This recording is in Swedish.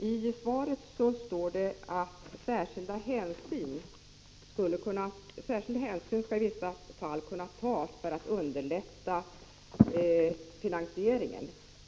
I svaret står det att särskilda hänsyn i vissa fall skall kunna tas för att underlätta finansieringen.